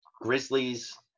Grizzlies